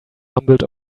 mumbled